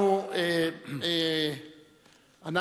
אנחנו